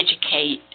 educate